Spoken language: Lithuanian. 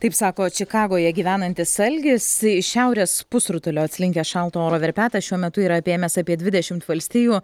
taip sako čikagoje gyvenantis algis iš šiaurės pusrutulio atslinkęs šalto oro verpetas šiuo metu yra apėmęs apie dvidešimt valstijų